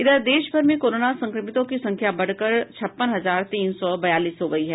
इधर देश भर में कोरोना संक्रमितों की संख्या बढ़कर छप्पन हजार तीन सौ बयालीस हो गयी है